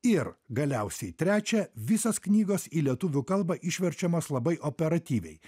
ir galiausiai trečia visos knygos į lietuvių kalbą išverčiamos labai operatyviai